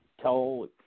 tell